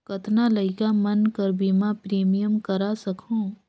कतना लइका मन कर बीमा प्रीमियम करा सकहुं?